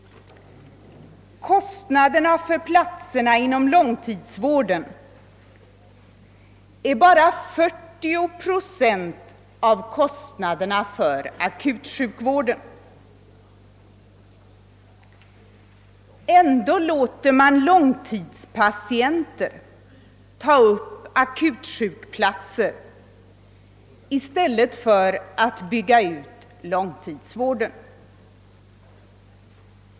Kostnaderna för platserna inom långtidsvården är bara 40 procent av kostnaderna för akutsjukvården. Ändå låter man långtidspatienter ta upp akutsjukplatser i stället för att bygga ut långtidsvården.